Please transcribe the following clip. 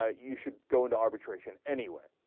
ah you should go and arbitration anyway